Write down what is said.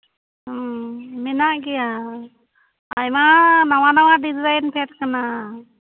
ᱦᱩᱸ ᱢᱮᱱᱟᱜ ᱜᱮᱭᱟ ᱟᱭᱢᱟ ᱱᱟᱣᱟᱼᱱᱟᱣᱟ ᱰᱤᱡᱟᱭᱤᱱ ᱯᱷᱮᱰ ᱟᱠᱟᱱᱟ